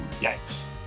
Yikes